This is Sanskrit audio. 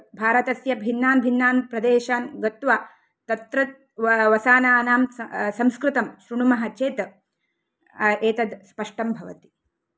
भारतस्य भिन्नान् भिन्नान् प्रदेशान् गत्वा तत्र वसानानां संस्कृतं शृणुमः चेत् एतद् स्पष्टं भवति